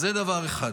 אז זה דבר אחד.